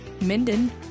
Minden